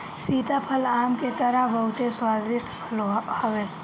सीताफल आम के तरह बहुते स्वादिष्ट फल हवे